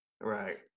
Right